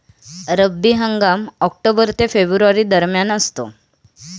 रब्बी हंगाम ऑक्टोबर ते फेब्रुवारी दरम्यान असतो